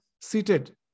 seated